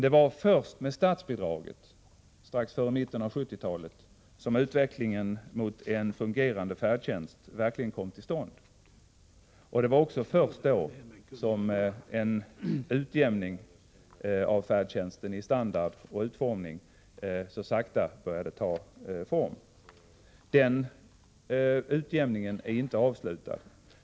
Det var först med statsbidraget strax före mitten av 1970-talet som utvecklingen mot en fungerande färdtjänst verkligen kom till stånd. Det var först då som en utjämning av färdtjänsten i standard och utformning så sakta började ta form. Den utjämningen är inte avslutad.